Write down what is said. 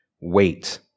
Wait